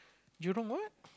you don't what